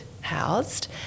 housed